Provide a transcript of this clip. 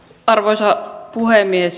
arvoisa puhemies